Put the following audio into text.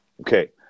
Okay